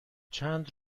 چند